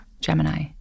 gemini